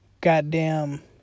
goddamn